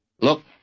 Look